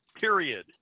period